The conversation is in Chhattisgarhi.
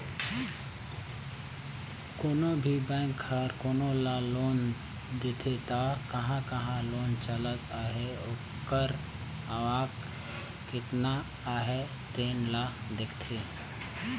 कोनो भी बेंक हर कोनो ल लोन देथे त कहां कहां लोन चलत अहे ओकर आवक केतना अहे तेन ल देखथे